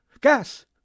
Gas